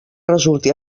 resulti